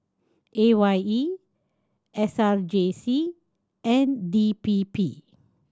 A Y E S R J C and D P P